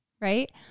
right